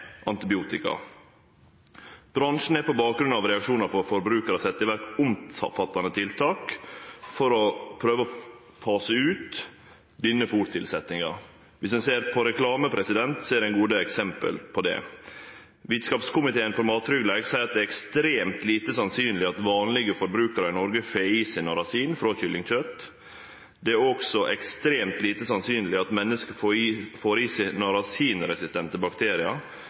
antibiotika. Bransjen har på bakgrunn av reaksjonar frå forbrukarar sett i verk omfattande tiltak for å prøve å fase ut denne fôrtilsettinga. Dersom ein ser på reklame, er det ein god del eksempel på det. Vitskapskomiteen for mattryggleik seier at det er ekstremt lite sannsynleg at vanlege forbrukarar i Noreg får i seg narasin frå kyllingkjøt. Det er òg ekstremt lite sannsynleg at menneske får i